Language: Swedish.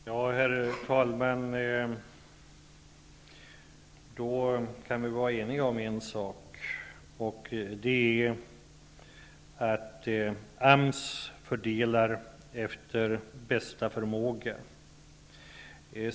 Herr talman! Då kan vi vara eniga om en sak, och det är att AMS fördelar medlen efter bästa förmåga.